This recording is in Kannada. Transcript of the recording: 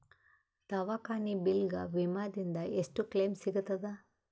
ದವಾಖಾನಿ ಬಿಲ್ ಗ ವಿಮಾ ದಿಂದ ಎಷ್ಟು ಕ್ಲೈಮ್ ಸಿಗತದ?